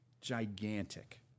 Gigantic